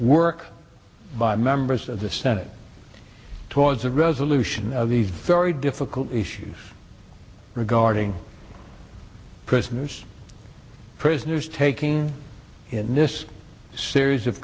work by members of the senate towards a resolution of these very difficult issues regarding prisoners prisoners taking in this series of